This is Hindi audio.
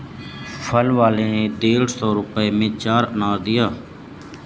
फल वाले ने डेढ़ सौ रुपए में चार अनार दिया